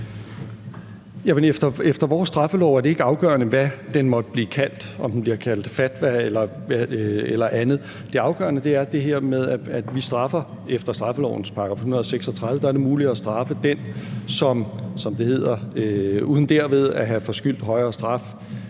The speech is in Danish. Efter vores straffelov er det ikke afgørende, hvad den måtte blive kaldt – om den bliver kaldt fatwa eller andet. Det afgørende er det her med, at vi straffer, og efter straffelovens § 136 er det muligt at straffe den, der, som det hedder, »uden derved at have forskyldt højere straf